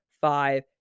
five